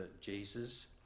Jesus